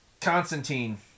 Constantine